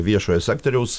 viešojo sektoriaus